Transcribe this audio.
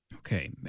Okay